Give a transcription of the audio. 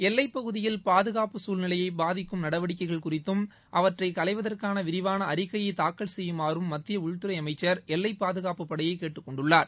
எல்லைப்பகுதியில் பாதுகாப்பு சூழ்நிலையை பாதிக்கும் நடவடிக்கைகள் குறித்தும் அவற்றை களைவதற்கான விரிவான அறிக்கையை தாக்கல் செய்யுமாறும் மத்திய உள்துறை அமைச்சள் எல்லைப் பாதுகாப்புப் படையை கேட்டுக் கொண்டுள்ளார்